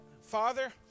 Father